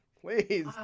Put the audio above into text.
Please